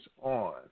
on